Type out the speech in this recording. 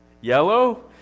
Yellow